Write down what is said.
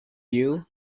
you